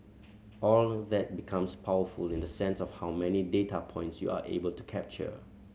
all that becomes powerful in the sense of how many data points you are able to capture